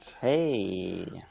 hey